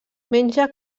menja